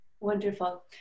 Wonderful